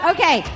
Okay